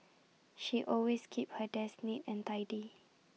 she always keeps her desk neat and tidy